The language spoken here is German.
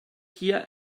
hier